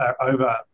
over